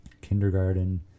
kindergarten